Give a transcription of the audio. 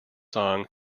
song